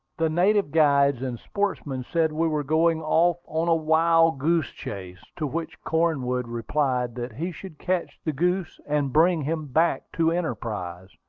the native guides and sportsmen said we were going off on a wild goose chase to which cornwood replied that he should catch the goose and bring him back to enterprise.